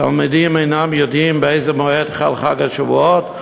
תלמידים אינם יודעים באיזה מועד חל חג השבועות,